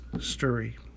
story